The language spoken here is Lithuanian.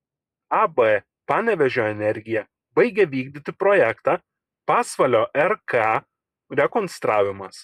ab panevėžio energija baigia vykdyti projektą pasvalio rk rekonstravimas